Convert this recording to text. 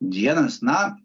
dienas na